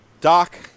doc